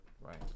Right